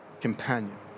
companion